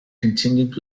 continued